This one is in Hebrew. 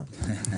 סתם.